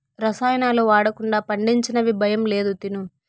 రసాయనాలు వాడకుండా పండించినవి భయం లేదు తిను